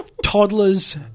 Toddlers